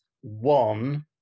one